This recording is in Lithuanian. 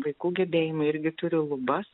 vaikų gebėjimai irgi turi lubas